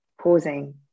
pausing